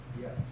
Yes